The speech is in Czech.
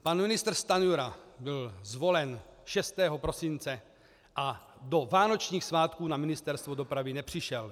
Pan ministr Stanjura byl zvolen 6. prosince a do vánočních svátků na Ministerstvo dopravy nepřišel.